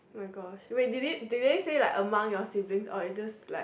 my gosh wait did it did they say among your siblings or they it just ike